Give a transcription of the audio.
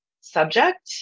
subject